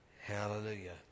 Hallelujah